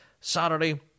Saturday